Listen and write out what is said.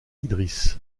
idriss